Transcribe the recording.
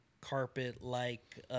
carpet-like